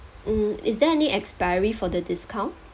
mm is there any expiry for the discount